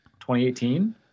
2018